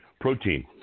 protein